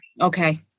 okay